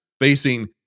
facing